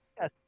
yes